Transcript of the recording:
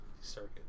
Circuit